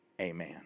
Amen